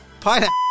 pineapple